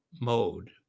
mode